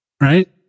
right